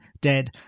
dead